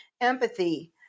Empathy